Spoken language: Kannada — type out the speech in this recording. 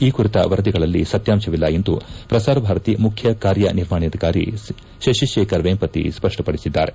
ಈ ಕುರಿತ ವರದಿಗಳಲ್ಲಿ ಸತ್ಯಾಂಶವಿಲ್ಲ ಎಂದು ಪ್ರಸಾರ ಭಾರತಿ ಮುಖ್ಯ ಕಾರ್ಯನಿರ್ವಪಣಾಧಿಕಾರಿ ಶಶಿಶೇಖರ್ ವೇಂಪತಿ ಸ್ಪಷ್ಟಪಡಿಸಿದ್ದಾರೆ